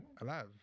alive